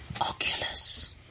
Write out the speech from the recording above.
Oculus